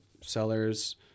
sellers